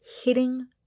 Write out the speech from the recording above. hitting